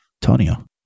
Tonio